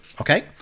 okay